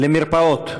למרפאות.